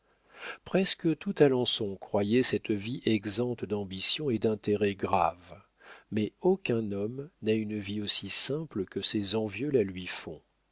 presque tout alençon croyait cette vie exempte d'ambition et d'intérêts graves mais aucun homme n'a une vie aussi simple que ses envieux la lui font